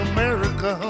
America